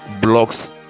blocks